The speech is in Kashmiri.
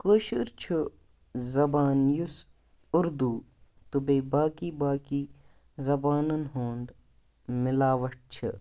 کٲشُر چھُ زبان یُس اُردوٗ تہٕ بیٚیہِ باقٕے باقٕے زَبانَن ہُنٛد مِلاوَٹھ چھِ